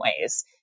ways